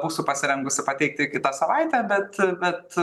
būsiu pasirengusi pateikti kitą savaitę bet